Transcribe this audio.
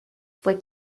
fue